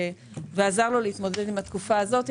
ועזר לו להתמודד עם התקופה הזאת.